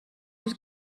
was